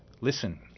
listen